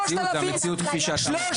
זה לא המציאות, זה המציאות כפי שאתה מציג.